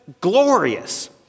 glorious